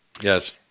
Yes